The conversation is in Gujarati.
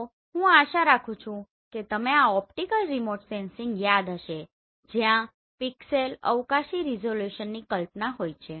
તો હું આશા રાખું છું કે તમે આ ઓપ્ટિકલ રિમોટ સેન્સિંગ યાદ હશે જ્યાં પિક્સેલ અવકાશી રેસોલ્યુસનની કલ્પના હોય છે